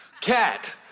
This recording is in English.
cat